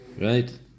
Right